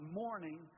morning